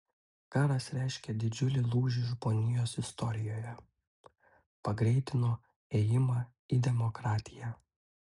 karas reiškė didžiulį lūžį žmonijos istorijoje pagreitino ėjimą į demokratiją